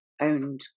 owned